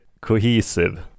cohesive